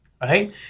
right